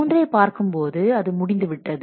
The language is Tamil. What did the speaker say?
மூன்றை பார்க்கும்போது அது முடிந்துவிட்டது